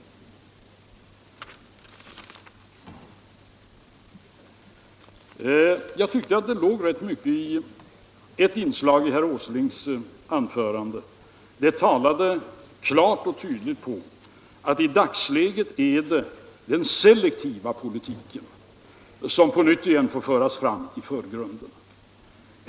Jag tyckte att det låg rätt mycket i ett inslag i herr Åslings anförande. Det talade klart och tydligt för att det i dagsläget är den selektiva politiken som på nytt får komma i förgrunden.